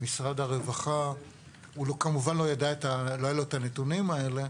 למשרד הרווחה כמובן לא היו את הנתונים האלה,